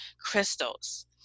crystals